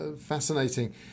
Fascinating